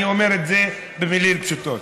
אני אומר את זה במילים פשוטות.